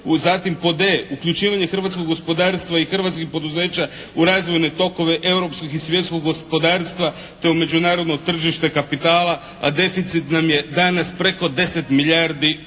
Zatim pod e) uključivanje hrvatskog gospodarstva i hrvatskih poduzeća u razvojne tokove europskog i svjetskog gospodarstva te u međunarodno tržište kapitala, a deficit nam je danas preko 10 milijardi dolara